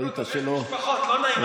ראית שלא, בכל זאת, יש משפחות, לא נעים.